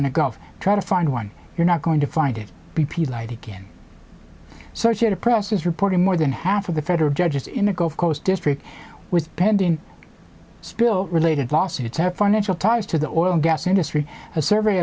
in the gulf try to find one you're not going to find it b p lied again search at a press is reporting more than half of the federal judges in the gulf coast district with pending spill related lawsuits have financial ties to the oil and gas industry a survey